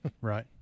right